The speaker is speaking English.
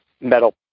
metal